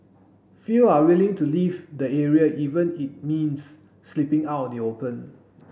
few are willing to leave the area even it means sleeping out in the open